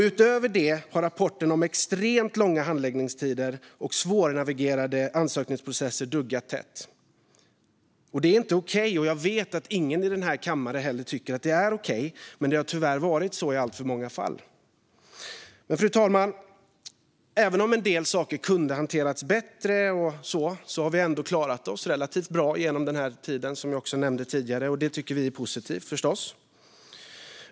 Utöver det har rapporterna om extremt långa handläggningstider och svårnavigerade ansökningsprocesser duggat tätt. Det är inte okej, och jag vet att ingen i denna kammare tycker att det är okej, men det har tyvärr varit så i alltför många fall. Fru talman! Även om en del saker kunde ha hanterats bättre har vi ändå klarat oss relativt bra genom den här tiden, som jag också nämnde tidigare. Det tycker vi är positivt, förstås.